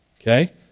Okay